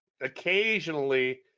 Occasionally